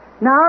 now